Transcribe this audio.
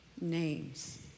names